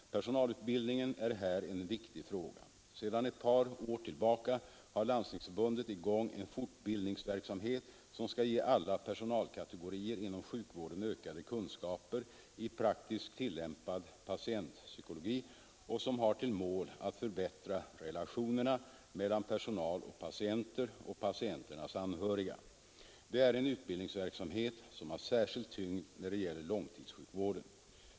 Personalutbildningen är här en viktig fråga. Sedan ett par år tillbaka har Landstingsförbundet i gång en fortbildningsverksamhet som skall ge alla personalkategorier inom sjukvården ökade kunskaper i praktiskt tillämpad patientpsykologi och som har till mål att förbättra relationerna mellan personal och patienter och patienters anhöriga. Det är en utbildningsverksamhet som har särskild tyngd när det gäller långtidssjukvården.